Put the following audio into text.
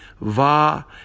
Va